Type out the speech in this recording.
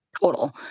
total